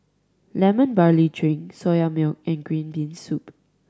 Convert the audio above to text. Lemon Barley Drink Soya Milk and green bean soup